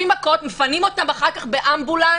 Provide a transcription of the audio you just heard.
מפנים אותם אחר כך באמבולנס